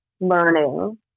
learning